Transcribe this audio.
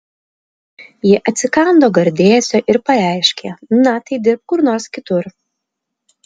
ji atsikando gardėsio ir pareiškė na tai dirbk kur nors kitur